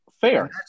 fair